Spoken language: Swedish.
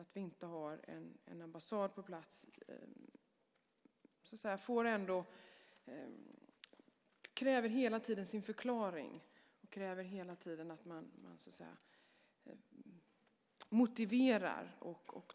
Att vi inte har en ambassad på plats kräver hela tiden sin förklaring, och det kräver hela tiden att man motiverar.